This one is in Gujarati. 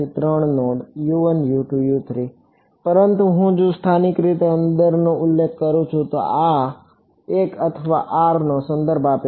ત્રણ નોડ પરંતુ જો હું સ્થાનિક રીતે અંદરનો ઉલ્લેખ કરું છું તો આ l અથવા r નો સંદર્ભ આપે છે